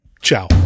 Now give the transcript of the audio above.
Ciao